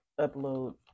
upload